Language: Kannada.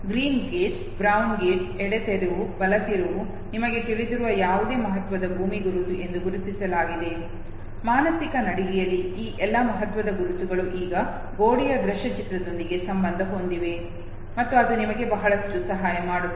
ಗ್ರೀನ್ ಗೇಟ್ ಬ್ರೌನ್ ಗೇಟ್ ಎಡ ತಿರುವು ಬಲ ತಿರುವು ನಿಮಗೆ ತಿಳಿದಿರುವ ಯಾವುದೇ ಮಹತ್ವದ ಭೂಮಿ ಗುರುತು ಎಂದು ಗುರುತಿಸಲಾಗಿದೆ ಮಾನಸಿಕ ನಡಿಗೆಯಲ್ಲಿ ಆ ಎಲ್ಲಾ ಮಹತ್ವದ ಗುರುತುಗಳು ಈಗ ಗೋಡೆಯ ದೃಶ್ಯ ಚಿತ್ರದೊಂದಿಗೆ ಸಂಬಂಧ ಹೊಂದಿವೆ ಮತ್ತು ಅದು ನಿಮಗೆ ಬಹಳಷ್ಟು ಸಹಾಯ ಮಾಡುತ್ತದೆ